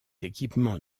équipements